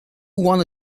wanna